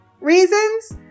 reasons